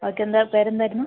okay എന്താ പേര് എന്തായിരുന്നു